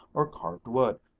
or carved wood,